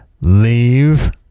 leave